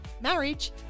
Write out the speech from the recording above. marriage